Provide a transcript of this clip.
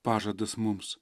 pažadas mums